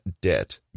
debt